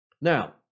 Now